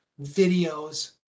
videos